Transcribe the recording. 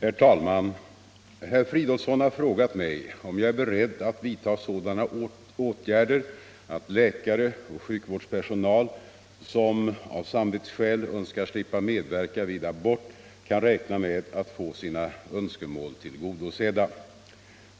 Herr talman! Herr Fridolfsson har frågat mig om jag är beredd att vidta sådana åtgärder att läkare och sjukvårdspersonal som av samvetsskäl önskar slippa medverka vid abort kan räkna med att få sina önskemål tillgodosedda.